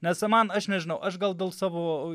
nes man aš nežinau aš gal dėl savo